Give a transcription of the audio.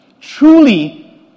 Truly